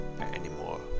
anymore